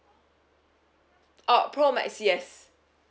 oh pro max yes